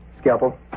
Scalpel